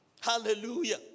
Hallelujah